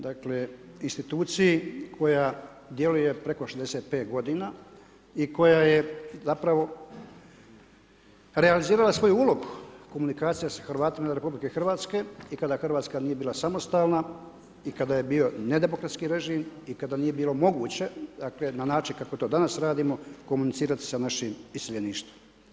Dakle, instituciji koja djeluje preko 65 godina i koja je zapravo realizirala svoju ulogu, komunikacija sa Hrvatima izvan RH i kada Hrvatska nije bila samostalna i kada je bio nedemokratski režim i kada nije bilo moguće, dakle na način kako to danas radimo, komunicirati sa našim iseljeništvom.